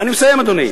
אני מסיים, אדוני.